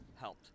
helped